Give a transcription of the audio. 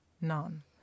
none